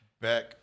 back